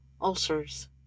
ulcers